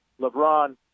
LeBron